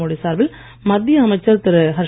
நரேந்திரமோடி சார்பில் மத்திய அமைச்சர் திரு